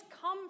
come